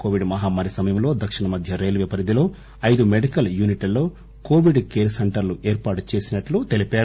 Covid మహమ్మారి సమయంలో దక్షిణ మధ్య రైల్వే పరిధిలో ఐదు మెడికల్ యూనిట్లలో కోవిడ్ కేర్ సెంటర్లు ఏర్పాటు చేసినట్లు చెప్పారు